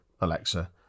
Alexa